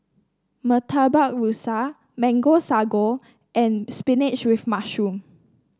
Murtabak Rusa Mango Sago and spinach with mushroom